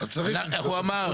איך הוא אמר.